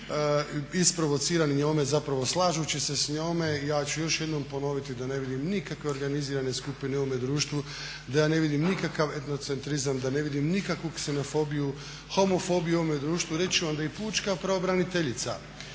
isprovocirani njome zapravo slažući se s njome. Ja ću još jednom ponoviti da ne vidim nikakve organizirane skupine u ovome društvu, da ja ne vidim nikakav etnocentrizam, da ne vidim nikakvu ksenofobiju, homofobiju u ovome društvu. Reći ću vam da i pučka pravobraniteljica